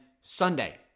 Sunday